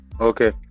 Okay